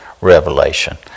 Revelation